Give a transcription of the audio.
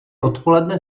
odpoledne